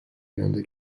yönde